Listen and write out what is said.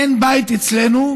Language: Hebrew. אין בית אצלנו,